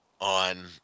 on